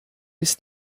ist